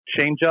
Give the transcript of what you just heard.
changeup